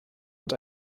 und